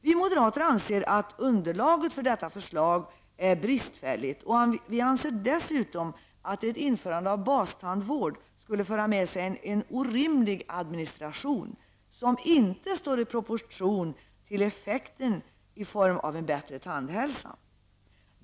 Vi moderater anser att underlaget för detta förslag är bristfälligt, och vi anser dessutom att ett införande av bastandvård skulle föra med sig en orimlig administration, som inte står i proportion till effekten i form av bättre tandhälsa.